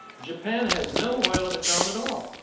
japan has no oil of its own at all.